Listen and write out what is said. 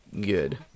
good